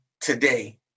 today